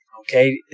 Okay